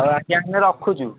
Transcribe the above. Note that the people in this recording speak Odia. ହଉ ଆଜ୍ଞା ଆମେ ରଖୁଛୁ